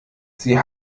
sie